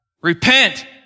Repent